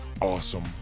awesome